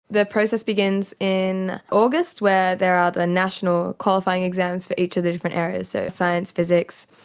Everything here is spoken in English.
the process begins in august where there are the national qualifying exams for each of the different areas, so science, physics,